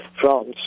France